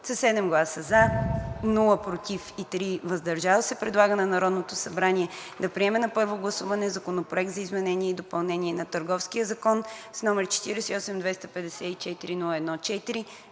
със 7 гласа „за“, без „против“ и 3 гласа „въздържал се“ предлага на Народното събрание да приеме на първо гласуване Законопроект за изменение и допълнение на Търговския закон, № 48-254-01-4,